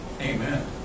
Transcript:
Amen